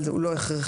הוא לא הכרחי.